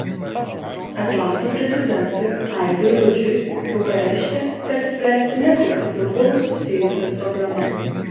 atlanto prezidentui aidui rudžiui bukarešte teks spręsti ne tik su futbolu susijusias problemas